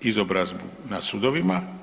izobrazbu na sudovima.